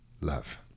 love